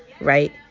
right